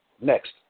Next